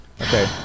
Okay